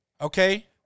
Okay